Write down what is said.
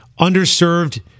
underserved